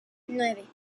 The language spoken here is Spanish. nueve